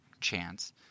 chance